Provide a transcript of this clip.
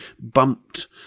bumped